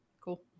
Cool